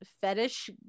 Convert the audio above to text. fetish